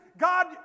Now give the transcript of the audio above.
God